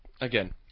again